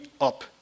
up